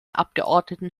abgeordneten